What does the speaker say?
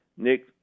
Nick